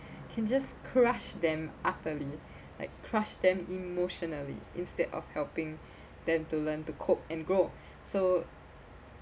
can just crush them utterly like crush them emotionally instead of helping them to learn to cope and grow so